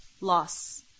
loss